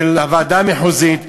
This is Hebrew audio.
של הוועדה המחוזית,